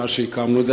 מאז הקמנו את זה.